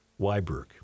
Weiberg